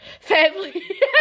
family